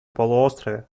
полуострове